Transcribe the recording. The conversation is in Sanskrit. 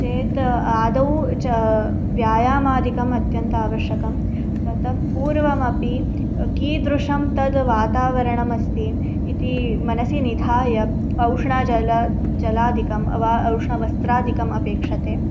चेत् आदौ च व्यायामादिकम् अत्यन्तम् अवश्यकं ततः पूर्वमपि कीदृशं तद् वातावरणमस्ति इति मनसि निधाय उष्णजलं जलाधिकं वा उष्णवस्त्राधिकम् अपेक्ष्यते